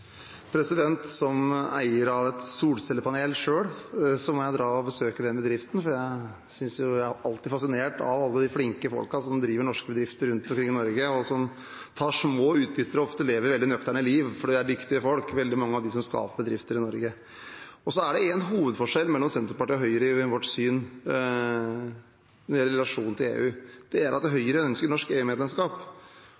Som eier av et solcellepanel selv må jeg dra og besøke den bedriften, for jeg er alltid fascinert av alle de flinke folkene som driver norske bedrifter rundt omkring i Norge, som tar små utbytter og ofte lever et veldig nøkternt liv. For de er dyktige folk, veldig mange av dem som skaper bedrifter i Norge. Det er en hovedforskjell mellom Senterpartiet og Høyre i vårt syn når det gjelder relasjonen til EU. Det er at